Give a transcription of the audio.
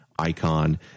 Icon